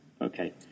Okay